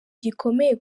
gikomeye